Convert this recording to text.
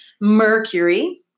Mercury